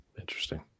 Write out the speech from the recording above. interesting